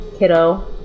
Kiddo